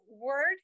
word